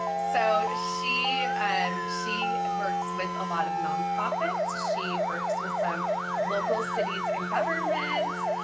so she um she works with a lot of nonprofits, she works with some local cities and governments,